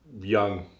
young